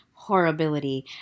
horribility